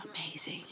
Amazing